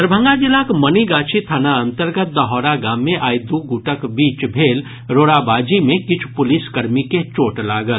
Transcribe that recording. दरभंगा जिलाक मनिगाछी थाना अंतर्गत दहौरा गाम मे आइ दू गुटक बीच भेल रोड़ाबाजी मे किछु पुलिस कर्मी के चोट लागल